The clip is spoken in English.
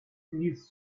his